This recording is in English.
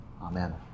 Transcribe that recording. Amen